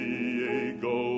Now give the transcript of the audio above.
Diego